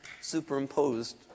superimposed